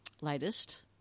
latest